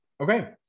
Okay